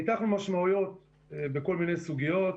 ניתחנו משמעויות בכל מיני סוגיות: